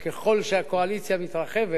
שככל שהקואליציה מתרחבת